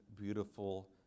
beautiful